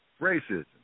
racism